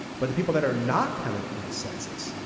but the people that are not counted in the census,